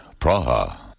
Praha